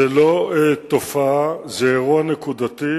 זאת לא תופעה, זה אירוע נקודתי,